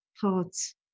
thoughts